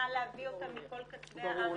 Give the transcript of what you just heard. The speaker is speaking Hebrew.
להביא אותה מכל קצווי הארץ --- ברור,